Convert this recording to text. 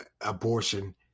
abortion